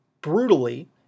brutally